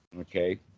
Okay